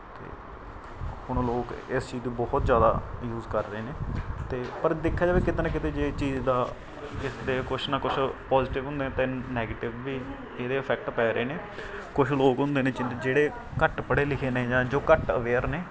ਅਤੇ ਹੁਣ ਲੋਕ ਇਸ ਚੀਜ਼ ਦੀ ਬਹੁਤ ਜ਼ਿਆਦਾ ਯੂਜ ਕਰ ਰਹੇ ਨੇ ਅਤੇ ਪਰ ਦੇਖਿਆ ਜਾਵੇ ਕਿਤੇ ਨਾ ਕਿਤੇ ਜੇ ਚੀਜ਼ ਦਾ ਕਿਤੇ ਕੁਛ ਨਾ ਕੁਛ ਪੋਜਟਿਵ ਹੁੰਦੇ ਅਤੇ ਨੈਗੇਟਿਵ ਵੀ ਇਹਦੇ ਇਫੈਕਟ ਪੈ ਰਹੇ ਨੇ ਕੁਛ ਲੋਕ ਹੁੰਦੇ ਨੇ ਜਿਹ ਜਿਹੜੇ ਘੱਟ ਪੜ੍ਹੇ ਲਿਖੇ ਨੇ ਜਾਂ ਜੋ ਘੱਟ ਅਵੇਅਰ ਨੇ